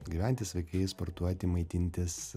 gyventi sveikai sportuoti maitintis